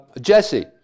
Jesse